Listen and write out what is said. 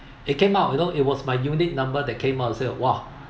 it came out you know it was my unit number that came out I say !wah!